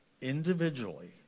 individually